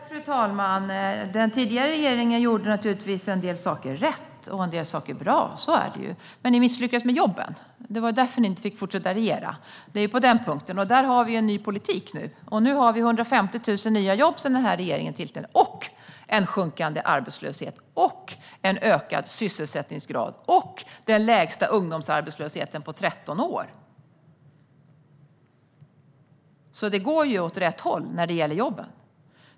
Fru talman! Den tidigare regeringen gjorde naturligtvis en del saker rätt och bra. Men ni misslyckades med jobben - det var därför ni inte fick fortsätta att regera. På den punkten har vi en ny politik nu. Vi har fått 150 000 nya jobb sedan denna regering tillträdde. Vi har också en sjunkande arbetslöshet, en ökad sysselsättningsgrad och den lägsta ungdomsarbetslösheten på 13 år. Det går alltså åt rätt håll när det gäller jobben.